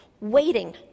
waiting